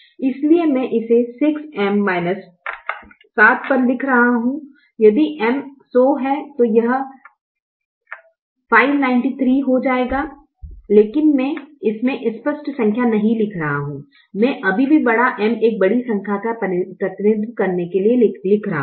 इसलिए मैं इसे 6M 7 पर लिख रहा हूं यदि M 100 है तो यह 593 हो जाएगा लेकिन मैं इसमें स्पष्ट संख्या नहीं लिख रहा हूं मैं अभी भी बड़ा M एक बड़ी संख्या का प्रतिनिधित्व करने के लिए लिख रहा हूं